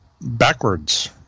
backwards